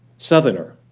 southerner,